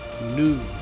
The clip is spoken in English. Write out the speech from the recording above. news